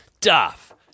Duff